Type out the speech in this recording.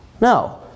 No